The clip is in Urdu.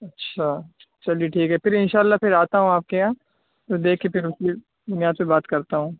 اچھا چلیے ٹھیک ہے پھر ان شاء اللہ پھر آتا ہوں آپ کے یہاں پھر دیکھ کے پھر اس میں میں آپ سے بات کرتا ہوں